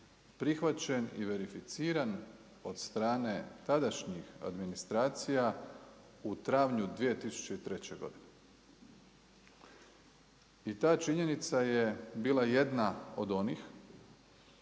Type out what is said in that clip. prihvaćen i verificiran od strane tadašnjih administracija u travnju 2003. godine. I ta činjenica je bila jedna od onih